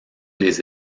les